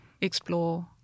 explore